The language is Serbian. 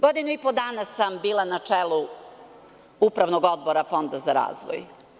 Godinu i po dana sam bila na čelu upravnog odbora Fonda za razvoj.